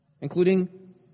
including